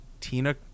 Tina